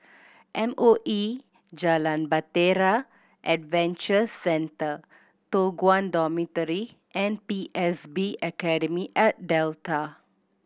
M O E Jalan Bahtera Adventure Centre Toh Guan Dormitory and P S B Academy at Delta